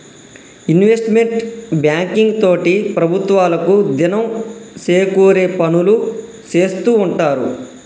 investment banking తోటి ప్రభుత్వాలకు దినం సేకూరే పనులు సేత్తూ ఉంటారు